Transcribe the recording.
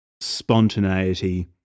spontaneity